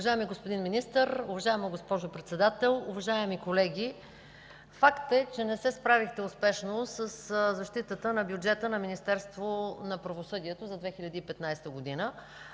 Уважаеми господин Министър, уважаема госпожо Председател, уважаеми колеги! Факт е, че не се справихте успешно със защитата на бюджета на Министерството на правосъдието за 2015 г.